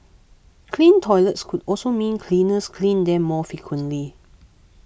clean toilets could also mean cleaners clean them more frequently